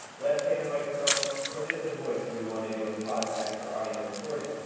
webcam and microphone, or just the voice if we want to do a podcast or audio recording.